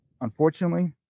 unfortunately